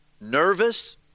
nervous